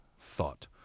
thought